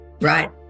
right